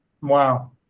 Wow